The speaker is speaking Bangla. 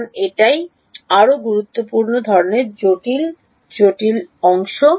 কারণ এটাই আরও গুরুত্বপূর্ণ ধরণের জটিল জটিল অংশ